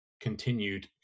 continued